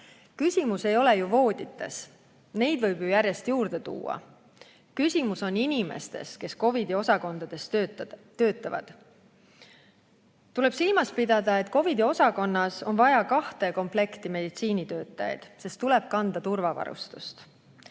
Küsimus ei ole ju voodites, neid võib ju järjest juurde tuua. Küsimus on inimestes, kes COVID‑i osakondades töötavad. Tuleb silmas pidada, et COVID‑i osakonnas on vaja kahte komplekti meditsiinitöötajaid, sest tuleb kanda turvavarustust.